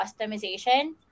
customization